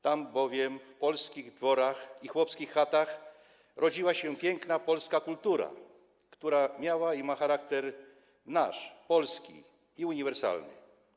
Tam bowiem w polskich dworach i chłopskich chatach rodziła się piękna polska kultura, która miała i ma charakter nasz - polski i uniwersalny.